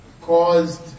caused